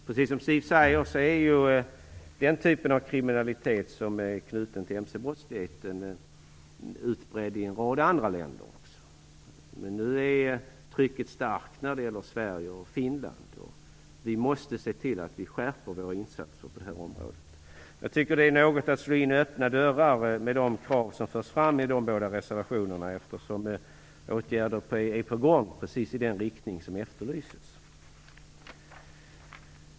Precis som Siw Persson säger är ju den typ av kriminalitet som är knuten till mc-brottsligheten utbredd också i en rad andra länder. Men nu är trycket starkt när det gäller Sverige och Finland, och vi måste se till att vi skärper våra insatser på det här området. Jag tycker att de krav som förs fram i de båda reservationerna är att slå in öppna dörrar eftersom åtgärder är på gång precis i den riktning som efterlyses.